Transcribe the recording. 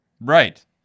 Right